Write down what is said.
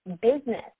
business